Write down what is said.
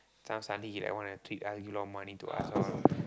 now suddenly he like wanna treat us give a lot of money to us all